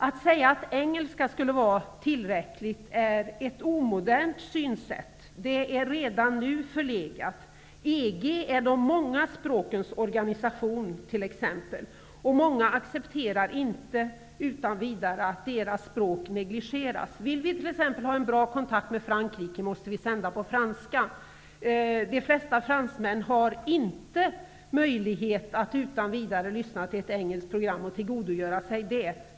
Att säga att engelska skulle vara tillräckligt är ett omodernt synsätt. Det är redan nu förlegat. EG är t.ex. de små språkens organisation, och många accepterar inte utan vidare att deras språk negligeras. Om vi t.ex. vill ha en bra kontakt med Frankrike, måste vi sända på franska. De flesta fransmän har inte möjlighet att utan vidare lyssna på ett engelskt program och tillgodogöra sig det.